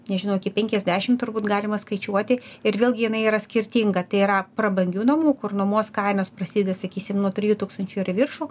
nežinau iki penkiasdešim turbūt galima skaičiuoti ir vėlgi jinai yra skirtinga tai yra prabangių namų kur nuomos kainos prasideda sakysim nuo trijų tūkstančių ir į viršų